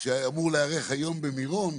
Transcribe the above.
שאמור להיערך היום במירון.